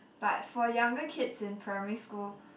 but for younger kids in primary school